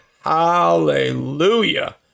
hallelujah